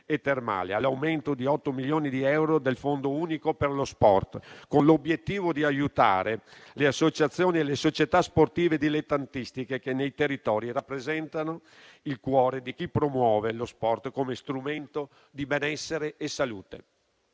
all'aumento di 8 milioni di euro del fondo unico per lo sport, con l'obiettivo di aiutare le associazioni e le società sportive dilettantistiche, che nei territori rappresentano il cuore di chi promuove lo sport come strumento di benessere e salute.